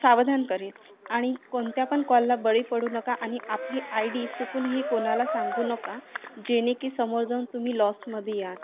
सावधान करेल आणि कोणत्या पण कॉलला बळी पडू नका आणि आपली आय डी चुकूनही कोणाला सांगू नका जेणे की समोर जाऊन तुम्ही लॉसमध्ये याल